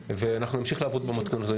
ואנחנו נמשיך לעבוד במתכונת הזאת.